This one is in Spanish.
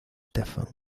stefan